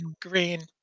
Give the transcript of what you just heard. green